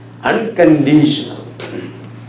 unconditional